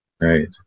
Right